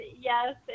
yes